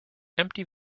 empty